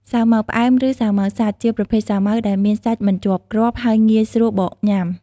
សាវម៉ាវផ្អែម ឬសាវម៉ាវសាច់ ជាប្រភេទសាវម៉ាវដែលមានសាច់មិនជាប់គ្រាប់ ហើយងាយស្រួលបកញ៉ាំ។